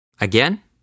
Again